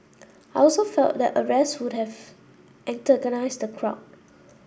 I also felt that arrests would have antagonise the crowd